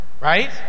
right